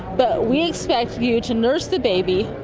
but we expect you to nurse the baby,